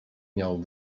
miał